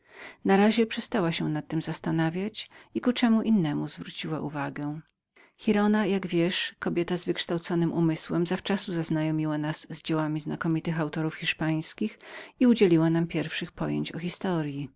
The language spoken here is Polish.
powstającemu uczuciu przestała o nas myślić i ku czemu innemu zwróciła uwagę giralda jak wiesz kobieta z wykształconym umysłem zawczasu oznajomiła nas z dziełami kilku znakomitych autorów hiszpańskich i udzieliła nam pierwszych pojęć o historyi